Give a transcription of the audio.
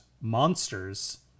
monsters